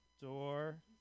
door